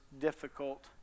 difficult